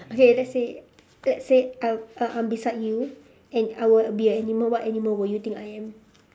okay let's say let's say I I I'm beside you and I would be an animal what animal would you think I am